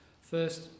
First